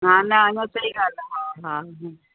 हा न न सही ॻाल्हि आहे हा हा